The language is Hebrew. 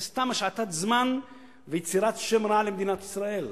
זה סתם השחתת זמן ויצירת שם רע למדינת ישראל,